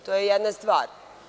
To je jedna stvar.